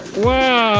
wow!